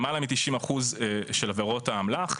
למעלה מ-90% של עבירות האמל"ח,